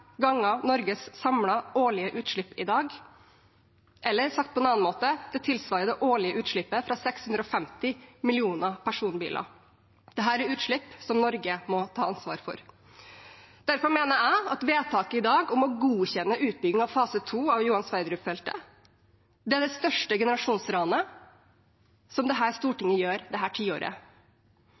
Norges samlede årlige utslipp i dag, eller sagt på en annen måte: Det tilsvarer det årlige utslippet fra 650 millioner personbiler. Dette er utslipp som Norge må ta ansvar for. Derfor mener jeg at vedtaket i dag om å godkjenne utbygging av fase to av Johan Sverdrup-feltet er det største generasjonsranet som dette Stortinget gjør dette tiåret.